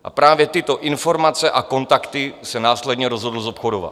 A právě tyto informace a kontakty se následně rozhodl zobchodovat.